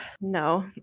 No